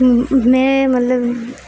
میں مطلب